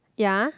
ya